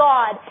God